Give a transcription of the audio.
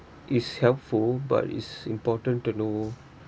is helpful but it's important to know